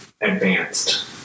advanced